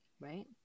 right